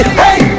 hey